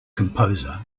composer